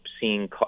seeing